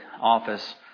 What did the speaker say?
office